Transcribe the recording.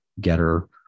Getter